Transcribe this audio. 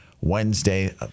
Wednesday